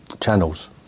channels